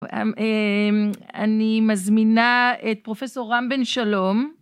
אני מזמינה את פרופסור רם בן שלום.